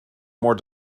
more